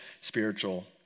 spiritual